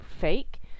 fake